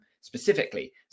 specifically